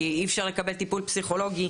כי אי אפשר לקבל טיפול פסיכולוגי,